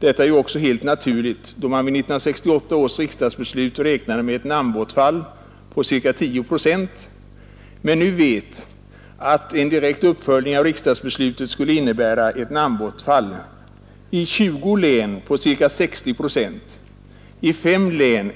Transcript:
Det är ju också helt naturligt då man vid 1968 års riksdagsbeslut räknade med ett namnbortfall på ca 10 procent men nu vet att en direkt uppföljning av riksdagsbeslutet skulle innebära ett namnbortfall i 20 län på ca 60 procent och i fem län